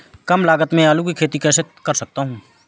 कम लागत में आलू की खेती कैसे कर सकता हूँ?